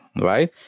right